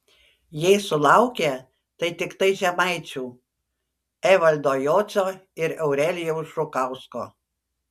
jei sulaukė tai tiktai žemaičių evaldo jocio ir eurelijaus žukausko